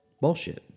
bullshit